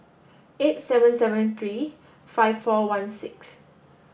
eight seven seven three five four one six